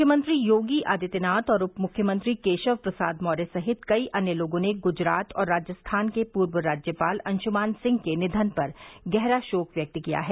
मुख्यमंत्री योगी आदित्यनाथ और उपमुख्यमंत्री केशव प्रसाद मौर्य सहित कई अन्य लोगों ने गुजरात और राजस्थान के पूर्व राज्यपाल अंशुमान सिंह के निधन पर गहरा शोक व्यक्त किया है